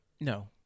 No